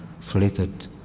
flitted